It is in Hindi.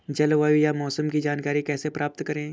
जलवायु या मौसम की जानकारी कैसे प्राप्त करें?